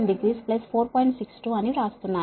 62 అని వ్రాస్తున్నాను